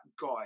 guy